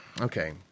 Okay